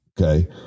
Okay